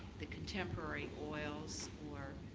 the contemporary royals or